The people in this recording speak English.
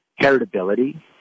heritability